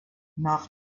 nach